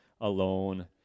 alone